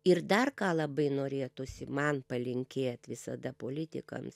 ir dar ką labai norėtųsi man palinkėt visada politikams